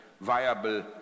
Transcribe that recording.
viable